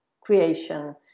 creation